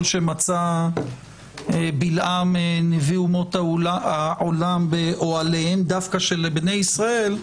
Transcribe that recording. שמצא בלעם נביא אומות העולם באוהליהם דווקא של בני ישראל?